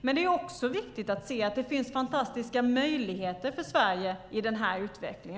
Men det är också viktigt att se att det finns fantastiska möjligheter för Sverige i den här utvecklingen.